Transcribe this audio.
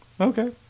Okay